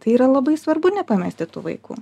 tai yra labai svarbu nepamesti tų vaikų